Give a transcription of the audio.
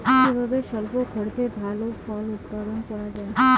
কিভাবে স্বল্প খরচে ভালো ফল উৎপাদন করা যায়?